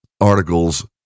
articles